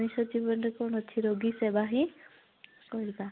ମଣିଷ ଜୀବନରେ କ'ଣ ଅଛି ରୋଗୀ ସେବା ହିଁ କରିବା